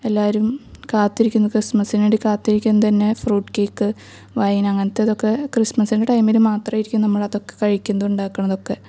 എല്ലാവരും കാത്തിരിക്കുന്നത് ക്രിസ്മസിനു വേണ്ടി കാത്തിരിക്കുന്നത് തന്നെ ഫ്രൂട്ട് കേക്ക് വയിൻ അങ്ങനത്തതൊക്കെ ക്രിസ്മസിൻ്റെ ടൈമിൽ മാത്രമാായിരിക്കും നമ്മൾ അതൊക്കെ കഴിക്കുന്നതും ഉണ്ടാകുന്നതുമൊക്കെ